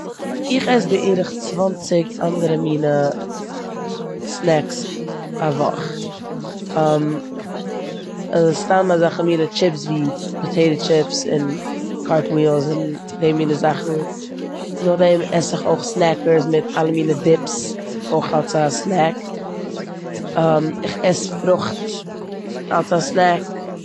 ס- איך עס בערך צוואנציג אנדערע מינע סנעקס א וואך. סתם אזעלכע מינע טשיפס ווי פאטעיטא טשיפס און קארטווילס און די מינע זאכן. נאכדעם עס איך אויך סנעקערס מיט אלע מינע דיפס אויך אלס א סנעק. איך עס פרוכט אלס א סנעק.